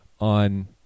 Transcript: on